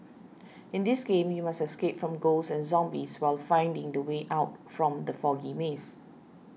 in this game you must escape from ghosts and zombies while finding the way out from the foggy maze